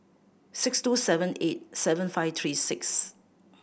six two seven eight seven five three six